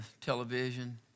television